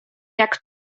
jak